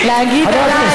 להגיד עליי,